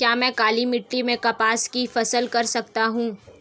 क्या मैं काली मिट्टी में कपास की फसल कर सकता हूँ?